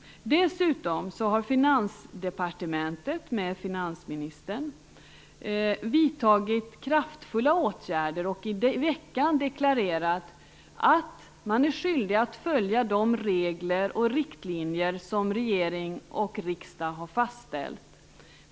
Dessutom har Finansdepartementet och finansministern vidtagit kraftfulla åtgärder och i veckan deklarerat att man är skyldig att följa de regler och riktlinjer som regering och riksdag har fastställt.